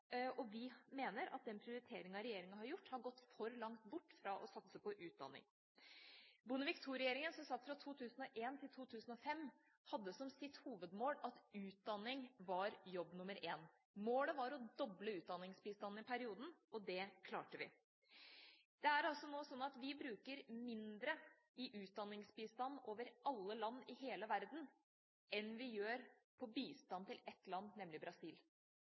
og vi mener at den prioriteringen regjeringa har gjort, har gått for langt bort fra å satse på utdanning. Bondevik II-regjeringa, som satt fra 2001 til 2005, hadde som sitt hovedmål at utdanning var jobb nr. 1. Målet var å doble utdanningsbistanden i perioden, og det klarte vi. Det er nå slik at vi bruker mindre i utdanningsbistand til alle land i hele verden enn det vi bruker på bistand til ett land, nemlig Brasil.